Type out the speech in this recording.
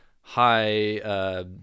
high